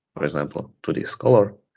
for example, to this color,